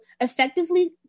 effectively